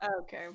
Okay